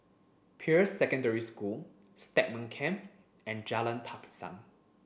Peirce Secondary School Stagmont Camp and Jalan Tapisan